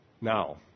Now